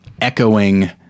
echoing